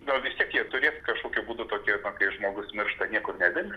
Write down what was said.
nu vis tiek jie turėtų kažkokiu būdu tokie kai žmogus miršta niekur nedings